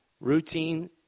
Routine